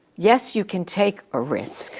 yes you can take a risk?